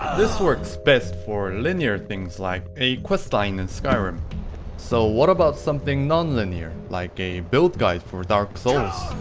this works best for linear things like a quest line in skyrim so what about something non-linear like a build guide for dark souls?